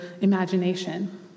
imagination